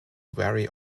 vary